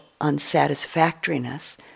unsatisfactoriness